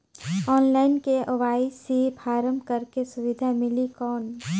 Online KYC form करेके सुविधा मिली कौन?